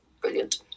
brilliant